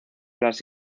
las